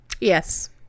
Yes